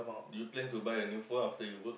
do you plan to buy a new phone after you work